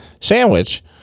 sandwich